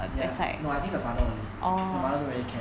ya I think the father only the mother don't really care